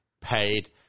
paid